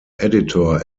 editor